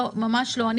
עם